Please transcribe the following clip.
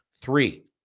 Three